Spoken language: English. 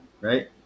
right